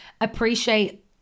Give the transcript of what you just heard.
appreciate